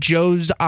Joe's